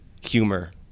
humor